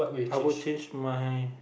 I would change my